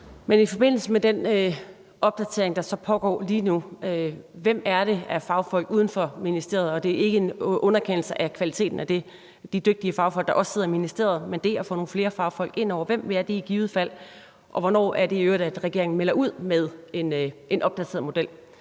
Men i forbindelse med den opdatering, der så pågår lige nu, hvilke fagfolk uden for ministeriet handler det så om? Det er ikke en underkendelse af kvaliteten af de dygtige fagfolk, der også sidder i ministeriet, men det drejer sig om at få nogle flere fagfolk ind over. Hvem er det i givet fald, og hvornår er det i øvrigt, at regeringen melder ud med en opdateret model?